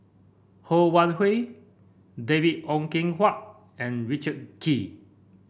Ho Wan Hui David Ong Kim Huat and Richard Kee